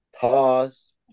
Pause